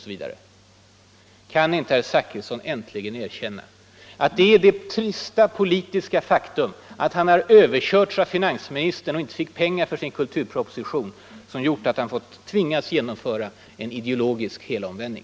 Kan ni inte nu, herr utbildningsminister, äntligen erkänna att det är detta trista politiska faktum att ni har blivit överkörd av finansministern och inte fått pengar för er kulturproposition som gjort att ni tvingats göra en ideologisk helomvändning?